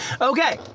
Okay